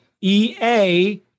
EA